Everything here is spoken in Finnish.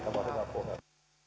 puhemies